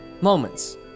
moments